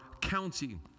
county